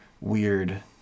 weird